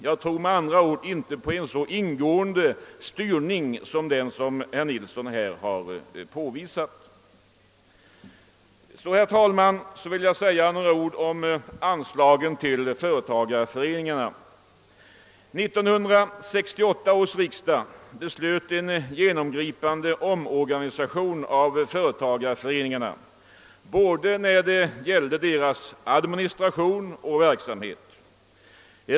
Jag tror med andra ord inte på en så ingående styrning som den herr Nilsson här talat om. Vidare, herr talman, vill jag säga några ord om anslagen till företagareföreningarna. 1968 års riksdag beslöt en genomgripande omorganisation av företagareföreningarna när det gäller både deras administration och deras. verksamhet.